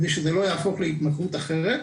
כדי שזה לא יהפוך להתמכרות אחרת,